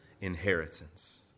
inheritance